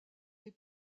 des